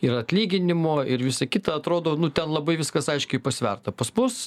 ir atlyginimo ir visa kita atrodo nu ten labai viskas aiškiai pasverta pas mus